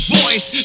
voice